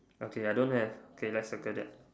okay I don't have K let's circle that